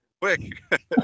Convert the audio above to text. quick